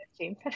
James